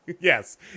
Yes